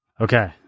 Okay